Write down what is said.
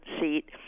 seat